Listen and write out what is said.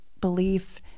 Belief